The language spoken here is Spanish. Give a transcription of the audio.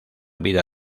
vida